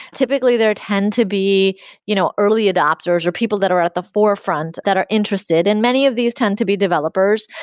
typically, there tend to be you know early adopters or people that are at the forefront that are interested, and many of these tend to be developers.